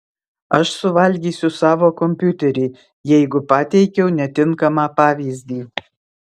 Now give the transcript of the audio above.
aš suvalgysiu savo kompiuterį jeigu pateikiau netinkamą pavyzdį